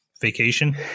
Vacation